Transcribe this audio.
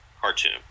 cartoon